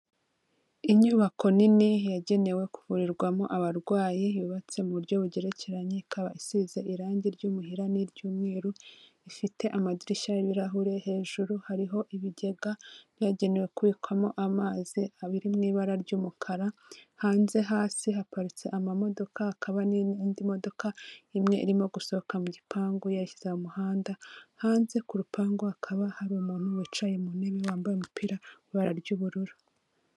inyubako nini yagenewe kuvurirwamo abarwayi yubatse mu buryo bugerekeranye ikaba isize irangi ry'buhira n'iry'umweru ifite amadirishya y'ibirahure hejuru hariho ibigega byagenewe kubikwamo amazi abiriw'i ibara ry'umukara hanze hasi haparitse amamodoka akaba n'indi modoka imwe irimo gusohoka mu gipangu yashyize mu muhanda hanze ku rupangu hakaba hari umuntu wicaye mu ntebe wambaye umupira w'ibara ry'ubururu.